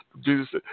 Jesus